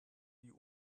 die